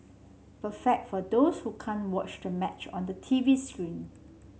perfect for those who can't watch the match on the T V screen